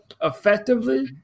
effectively